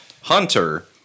Hunter